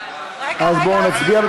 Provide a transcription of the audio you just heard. להשיב, אז בואו נצביע.